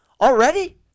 Already